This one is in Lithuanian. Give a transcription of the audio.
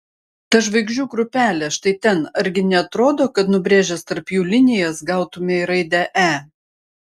ta žvaigždžių grupelė štai ten argi neatrodo kad nubrėžęs tarp jų linijas gautumei raidę e